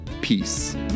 Peace